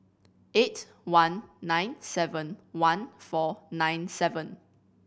eight one nine seven one four nine seven